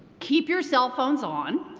keep your cell phones on,